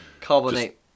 Carbonate